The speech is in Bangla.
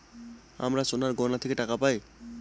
আমরা সোনার গহনা থেকে টাকা পায়